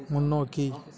முன்னோக்கி